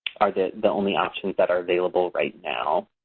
are the the only options that are available right now.